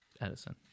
Edison